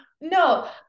no